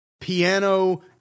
piano